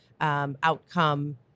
Outcome